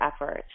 efforts